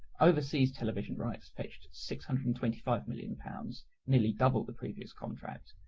overseas television rights fetched six hundred and twenty five million pounds, nearly double the previous contract,